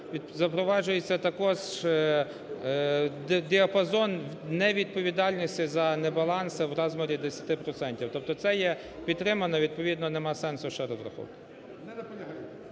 запроваджується також діапазон невідповідальності за небаланс в розмірі 10 процентів. Тобто це є підтримано, відповідно нема сенсу ще розраховувати.